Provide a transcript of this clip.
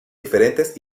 diferentes